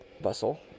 bustle